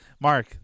Mark